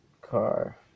car